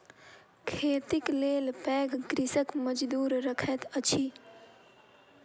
खेतीक लेल पैघ कृषक मजदूर रखैत अछि